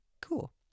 cool